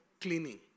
cleaning